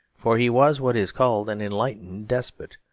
for he was what is called an enlightened despot,